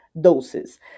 doses